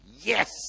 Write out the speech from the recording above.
yes